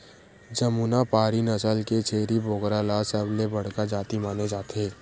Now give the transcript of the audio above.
जमुनापारी नसल के छेरी बोकरा ल सबले बड़का जाति माने जाथे